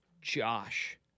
Josh